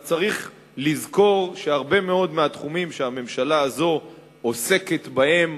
צריך לזכור שהרבה מאוד מהתחומים שהממשלה הזו עוסקת בהם